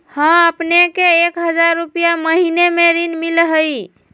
हां अपने के एक हजार रु महीने में ऋण मिलहई?